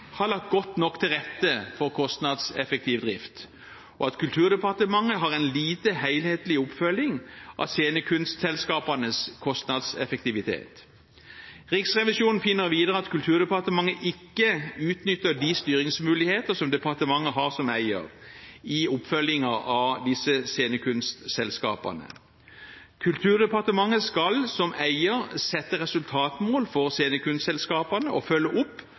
har lagt godt nok til rette for kostnadseffektiv drift, og at Kulturdepartementet har en lite helhetlig oppfølging av scenekunstselskapenes kostnadseffektivitet. Riksrevisjonen finner videre at Kulturdepartementet ikke utnytter de styringsmuligheter som departementet har som eier i oppfølgingen av disse scenekunstselskapene. Kulturdepartementet skal som eier sette resultatmål for scenekunstselskapene og følge opp